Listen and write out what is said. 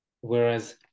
whereas